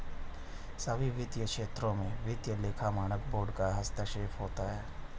सभी वित्तीय क्षेत्रों में वित्तीय लेखा मानक बोर्ड का हस्तक्षेप होता है